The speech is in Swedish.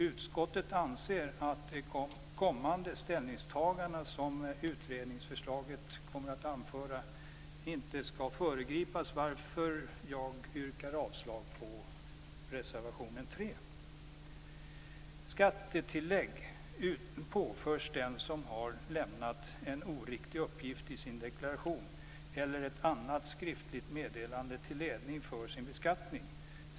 Utskottet anser att de kommande ställningstagandena till utredningsförslaget inte bör föregripas, varför jag yrkar avslag på reservation 3. Skattetillägg påförs den som har lämnat en oriktig uppgift i sin deklaration eller i ett annat skriftligt meddelande till ledning för beskattningen.